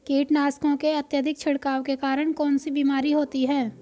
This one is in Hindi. कीटनाशकों के अत्यधिक छिड़काव के कारण कौन सी बीमारी होती है?